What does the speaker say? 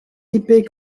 épais